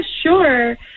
sure